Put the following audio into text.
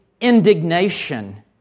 indignation